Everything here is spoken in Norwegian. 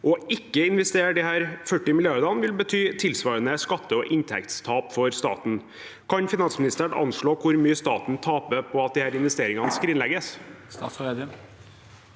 å ikke investere disse 40 milliardene vil bety tilsvarende skatte- og inntektstap for staten. Kan finansministeren anslå hvor mye staten taper på at disse investeringene skrinlegges?